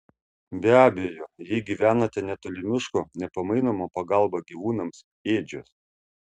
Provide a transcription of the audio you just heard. be abejo jei gyvenate netoli miško nepamainoma pagalba gyvūnams ėdžios